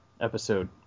episode